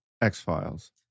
X-Files